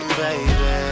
baby